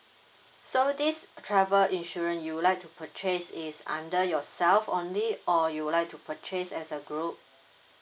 so this travel insurance you would like to purchase it's under yourself only or you would like to purchase as a group